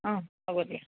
অ হ'ব দিয়া